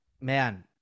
man